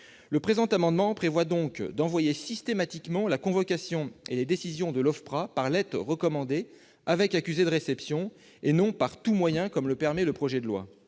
Le présent amendement prévoit donc d'envoyer systématiquement la convocation et les décisions de l'OFPRA par lettre recommandée avec accusé de réception, et non par tout moyen, comme le permet le projet de loi.